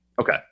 Okay